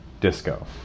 disco